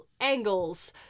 angles